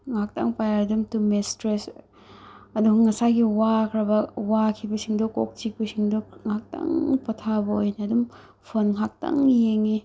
ꯉꯥꯏꯍꯥꯛꯇꯪ ꯄꯥꯏꯔꯒ ꯑꯗꯨꯝ ꯇꯨꯝꯃꯦ ꯏꯁꯇ꯭ꯔꯦꯁ ꯑꯗꯣ ꯉꯁꯥꯏꯒꯤ ꯋꯥꯈ꯭ꯔꯕ ꯋꯥꯈꯤꯕꯁꯤꯡꯗꯣ ꯀꯣꯛ ꯆꯤꯛꯄꯁꯤꯡꯗꯣ ꯉꯥꯏꯍꯥꯛꯇꯪ ꯄꯣꯊꯥꯕ ꯑꯣꯏꯅ ꯐꯣꯟ ꯉꯥꯏꯍꯥꯛꯇꯪ ꯌꯦꯡꯉꯦ